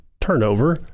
turnover